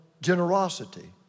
generosity